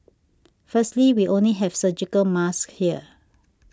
firstly we only have surgical masks here